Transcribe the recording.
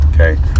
Okay